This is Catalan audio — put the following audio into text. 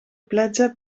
platja